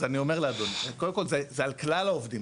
אז אני אומר לאדוני, קודם כל זה על כלל העובדים.